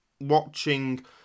watching